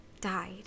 died